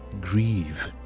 grieve